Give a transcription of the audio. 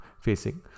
facing